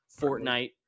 Fortnite